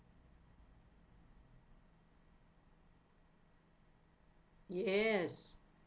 yes